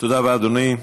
תודה רבה, אדוני.